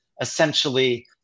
essentially